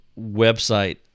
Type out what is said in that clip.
website